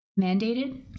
mandated